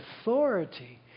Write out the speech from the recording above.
authority